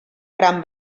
gran